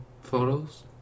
photos